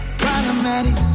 problematic